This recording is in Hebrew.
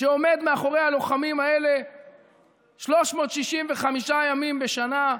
שעומד מאחורי הלוחמים האלה 365 ימים בשנה,